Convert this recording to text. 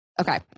Okay